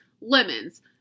lemons